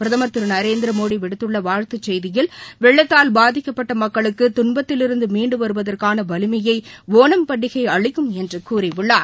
பிரதமர் திரு நரேந்திர மோடி விடுத்துள்ள வாழ்த்து செய்தியில் வெள்ளத்தால் பாதிக்கப்பட்ட மக்களுக்கு துன்பத்திலிருந்து மீண்டு வருவதற்கான வலிமையை ஓணம் பண்டிகை அளிக்கும் என்று கூறியுள்ளார்